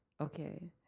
okay